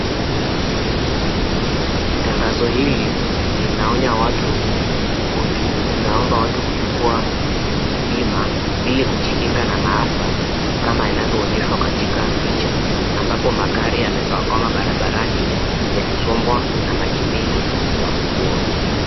Tangazo hili linaonya watu huku juu linaomba watu kuchukua bima ili kujikinga na maafa kama inavyonyeshwa kwa picha ambapo magari yamesakamwa barabarani yakisombwa na maji mengi na mvua.